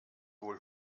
wohl